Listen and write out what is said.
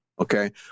Okay